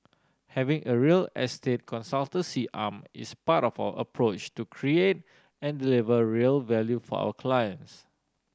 having a real estate consultancy arm is part of our approach to create and deliver real value for our clients